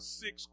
six